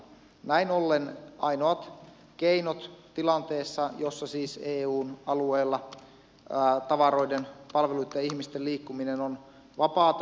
näin ollen ainoat keinot tilanteessa jossa siis eun alueella tavaroiden palveluitten ja ihmisten liikkuminen on vapaata ovat